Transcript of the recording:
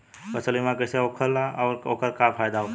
फसल बीमा कइसे होखेला आऊर ओकर का फाइदा होखेला?